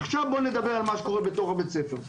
עכשיו בואו נדבר על מה שקורה בתוך בית הספר.